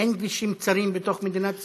אין כבישים צרים בתוך מדינת ישראל?